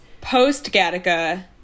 post-Gattaca